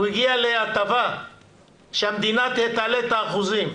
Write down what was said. הוא הגיע להטבה שהמדינה תעלה את האחוזים.